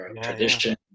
tradition